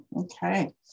okay